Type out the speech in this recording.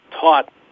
taught